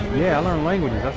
yeah learn languages